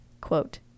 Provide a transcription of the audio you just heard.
Quote